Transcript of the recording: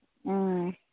ꯎꯝ